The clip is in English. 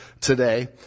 today